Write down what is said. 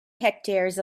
hectares